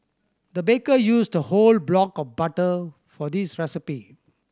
the baker used a whole block of butter for this recipe